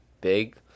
big